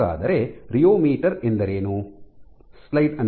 ಹಾಗಾದರೆ ರಿಯೋಮೀಟರ್ ಎಂದರೇನು